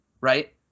right